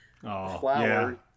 flower